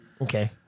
Okay